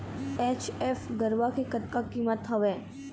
HF गरवा के कतका कीमत हवए?